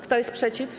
Kto jest przeciw?